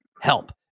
Help